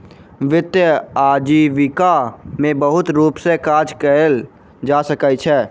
वित्तीय आजीविका में बहुत रूप सॅ काज कयल जा सकै छै